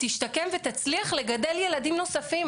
תשתקם ותצליח לגדל ילדים נוספים.